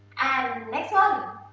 and, next one.